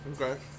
okay